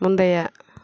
முந்தைய